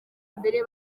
mbere